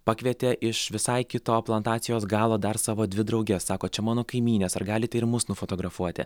pakvietė iš visai kito plantacijos galo dar savo dvi drauges sako čia mano kaimynės ar galite ir mus nufotografuoti